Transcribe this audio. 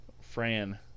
Fran